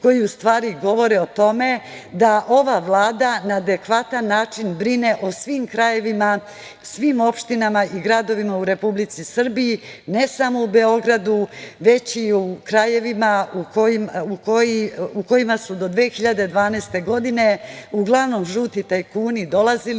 koji u stvari govore o tome da ova Vlada na adekvatan način brine o svim krajevima, svim opštinama i gradovima u Republici Srbiji, ne samo u Beogradu već i u krajevima u kojima se do 2012. godine uglavnom žuti tajkuni dolazili